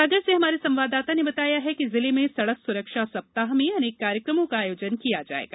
सागर से हमारे संवाददाता ने बताया है कि जिले में सड़क सुरक्षा सप्ताह अनेक कार्यक्रमों का आयोजन किया जायेगा